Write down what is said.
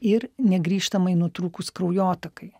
ir negrįžtamai nutrūkus kraujotakai